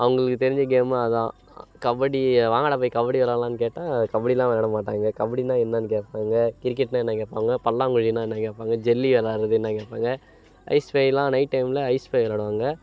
அவங்களுக்கு தெரிஞ்ச கேமு அதுதான் கபடி வாங்கடா போய் கபடி விளாட்லானு கேட்டால் கபடியெலாம் விளாட மாட்டாங்க கபடின்னா என்னான்னு கேட்பாங்க கிரிக்கெட்னா என்ன கேட்பாங்க பல்லாங்குழினா என்ன கேட்பாங்க ஜெல்லி விளாட்றது என்ன கேட்பாங்க ஐஸ்ஃபையெலாம் நைட் டைமில் ஐஸ்ஃபை விளாடுவாங்க